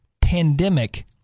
pandemic